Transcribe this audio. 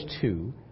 two